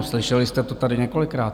Slyšeli jste to tady několikrát.